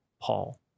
Paul